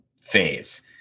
phase